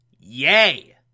Yay